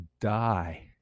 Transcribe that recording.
die